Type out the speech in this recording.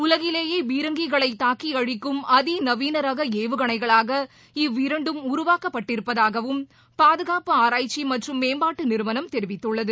உலகிலேயேபீரங்கிகளைதாக்கிஅழிக்கும் அதிநவீனரகஏவுகணைகளாக இவ்விரண்டும் உருவாக்கப்பட்டிருப்பதாகவும் பாதகாப்பு ஆராய்ச்சிமற்றும் மேம்பாட்டுநிறுவனம் தெரிவித்துள்ளது